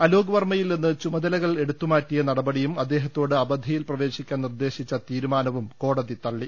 അലോക് വർമ്മയിൽനിന്ന് ചുമതലക ൾ എടുത്തുമാറ്റിയ നടപടിയും അദ്ദേഹത്തോട് അവധിയിൽ പ്രവേശിക്കാൻ നിർദ്ദേശിച്ച തീരുമാനവും കോടതി തള്ളി